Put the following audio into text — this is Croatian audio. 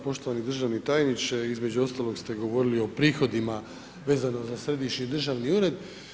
Poštovani državni tajniče, između ostalog ste govorili i o prihodima vezano za Središnji državni ured.